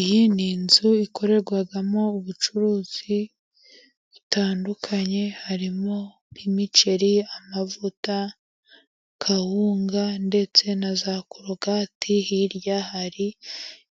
Iyi ni inzu ikorerwamo ubucuruzi butandukanye, harimo: imiceri, amavuta, kawunga ndetse na za korogati hirya hari